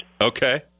Okay